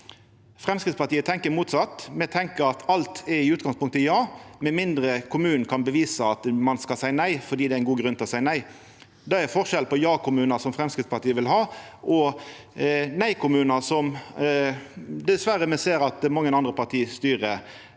Framstegspartiet tenkjer motsett. Me tenkjer at alt i utgangspunktet er ja, med mindre kommunen kan bevisa at ein skal seia nei, fordi det er ein god grunn til å seia nei. Det er forskjellen på jakommunar, som Framstegspartiet vil ha, og nei-kommunar, som me dessverre ser at mange andre parti styrer.